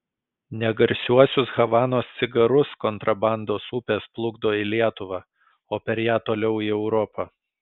ne garsiuosius havanos cigarus kontrabandos upės plukdo į lietuvą o per ją toliau į europą